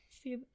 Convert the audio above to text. see